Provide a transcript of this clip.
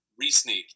re-sneak